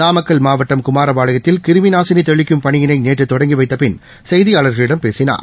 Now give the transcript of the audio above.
நாமக்கல் மாவட்டம் குமாரபாளையத்தில் கிருமிநாசினிதெளிக்கும் பணியினைநேற்றுதொடங்கிவைத்தபின் செய்தியாளர்களிடம் பேசினார்